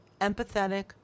empathetic